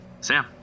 Sam